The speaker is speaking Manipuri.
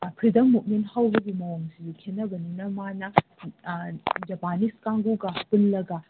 ꯐ꯭ꯔꯤꯗꯝ ꯃꯨꯕꯃꯦꯟ ꯍꯧꯕꯒꯤ ꯃꯑꯣꯡꯁꯤ ꯈꯦꯠꯅꯕꯅꯤꯅ ꯃꯥꯅ ꯖꯄꯥꯅꯤꯁ ꯀꯥꯡꯕꯨꯒ ꯄꯨꯜꯂꯒ